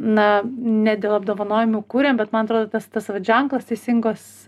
na ne dėl apdovanojimų kuriam bet man atrodo tas tas ženklas teisingos